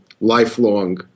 lifelong